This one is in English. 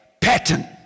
pattern